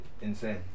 insane